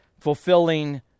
fulfilling